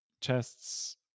chests